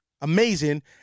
amazing